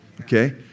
okay